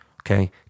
okay